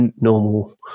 normal